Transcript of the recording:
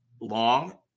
long